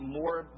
more